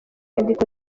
inyandiko